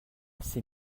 ses